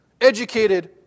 educated